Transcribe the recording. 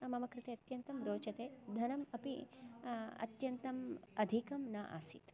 मम कृते अत्यन्तं रोचते धनम् अपि अत्यन्तम् अधिकं न आसीत्